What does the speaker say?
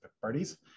parties